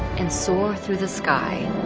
and soar through the sky,